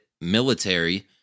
military